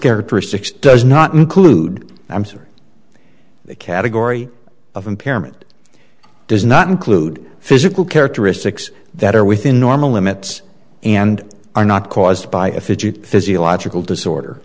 characteristics does not include i'm sorry the category of impairment does not include physical characteristics that are within normal limits and are not caused by a fifty physiological disorder